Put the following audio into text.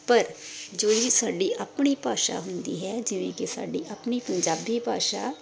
ਪਰ ਜਿਹੜੀ ਸਾਡੀ ਆਪਣੀ ਭਾਸ਼ਾ ਹੁੰਦੀ ਹੈ ਜਿਵੇਂ ਕਿ ਸਾਡੀ ਆਪਣੀ ਪੰਜਾਬੀ ਭਾਸ਼ਾ